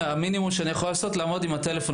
המינימום שאני יכול לעשות זה לעמוד עם הטלפון